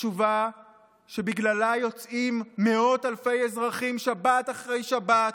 התשובה שבגללה יוצאים מאות אלפי אזרחים שבת אחרי שבת,